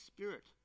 Spirit